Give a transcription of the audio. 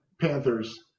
Panthers